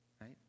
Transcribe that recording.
Right